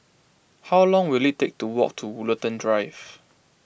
how long will it take to walk to Woollerton Drive